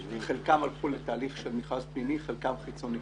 חלקם הלכו לתהליך של מכרז פנימי וחלקם לחיצוני.